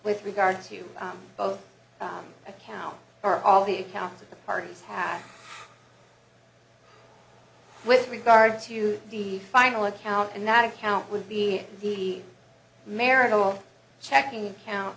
with regard to both accounts for all the accounts of the parties with regard to the final account and that account would be the marital checking account